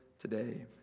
today